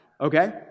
okay